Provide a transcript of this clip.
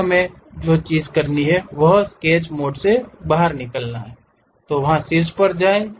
फिर हमें जो करना है वह स्केच मोड से बाहर आता है वहां शीर्ष पर जाएं